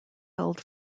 held